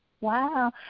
Wow